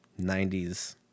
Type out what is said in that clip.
90s